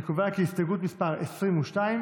קבוצת סיעת ש"ס וקבוצת סיעת הרשימה